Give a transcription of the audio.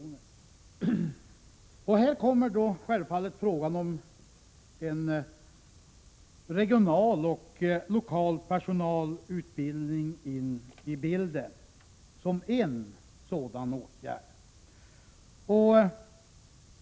Som en sådan åtgärd kommer här självfallet frågan om en regional och lokal personalutbildning in i bilden.